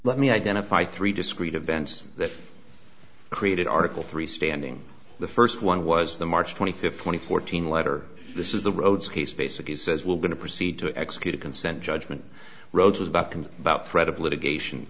let me identify three discrete events that created article three standing the first one was the march twenty fifth twenty fourteen letter this is the rhodes case basically says we're going to proceed to execute a consent judgment roaches about can about threat of litigation